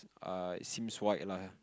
err seems white lah